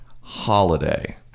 Holiday